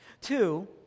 Two